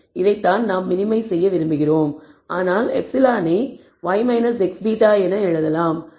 இதைத்தான் நாம் மினிமைஸ் செய்ய விரும்புகிறோம் ஆனால் ε னை y xβ என்று எழுதலாம்